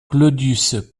claudius